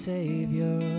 Savior